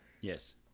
Yes